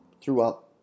throughout